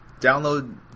download